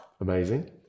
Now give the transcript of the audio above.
Amazing